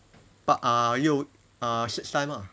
八 uh 六 uh six time ah